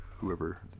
whoever